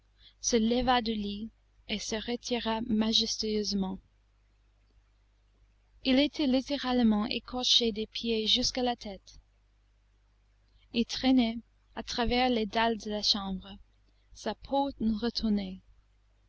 se leva du lit et se retira majestueusement il était littéralement écorché des pieds jusqu'à la tête il traînait à travers les dalles delà chambre sa peau retournée